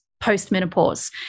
post-menopause